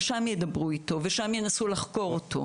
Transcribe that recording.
ושם ידברו אתו ושם ינסו לחקור אותו.